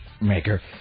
maker